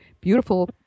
beautiful